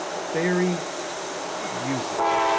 very useless.